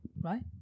right